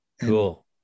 Cool